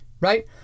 Right